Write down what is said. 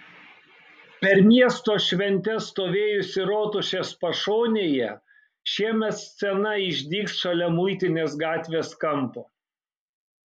per miesto šventes stovėjusi rotušės pašonėje šiemet scena išdygs šalia muitinės gatvės kampo